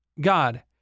God